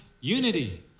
unity